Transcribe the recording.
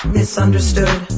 misunderstood